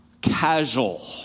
casual